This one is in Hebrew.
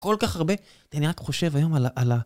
כל כך הרבה, אני רק חושב היום על ה...